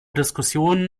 diskussion